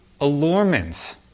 allurements